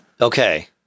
Okay